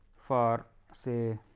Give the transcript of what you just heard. for say